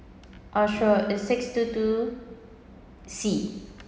oh sure is six two two C